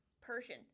Persian